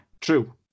true